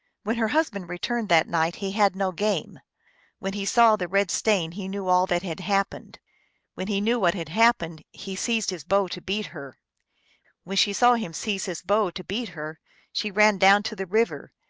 when her husband returned that night he had no game when he saw the red stain he knew all that had happened when he knew what had happened he seized his bow to beat her when she saw him seize his bow to beat her she ran down to the river,